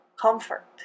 comfort